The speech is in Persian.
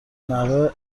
نحوه